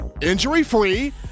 injury-free